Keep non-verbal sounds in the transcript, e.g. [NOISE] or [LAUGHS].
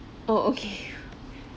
oh okay [LAUGHS]